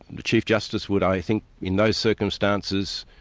the chief justice would, i think, in those circumstances,